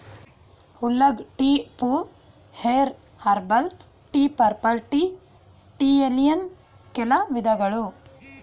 oolong tea, pu erh, herbal tea, purple tea ಟೀಯಲ್ಲಿನ್ ಕೆಲ ವಿಧಗಳು